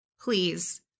Please